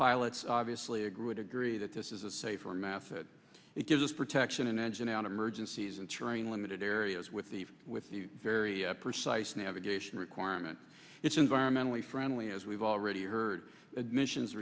pilots obviously agree with agree that this is a safer method it gives us protection an engine out emergencies and terrain limited areas with the with very precise navigation requirement it's environmentally friendly as we've already heard admissions